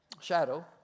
Shadow